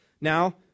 Now